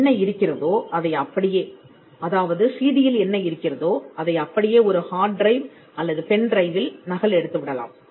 என்ன இருக்கிறதோ அதை அப்படியே அதாவது சிடியில் என்ன இருக்கிறதோ அதை அப்படியே ஒரு ஹார்ட் ட்ரைவ் அல்லது பென்டிரைவில் நகல் எடுத்து விடலாம்